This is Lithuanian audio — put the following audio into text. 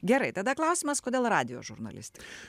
gerai tada klausimas kodėl radijo žurnalistas